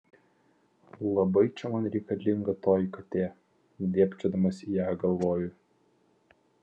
labai čia man reikalinga toji katė dėbčiodamas į ją galvoju